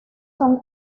son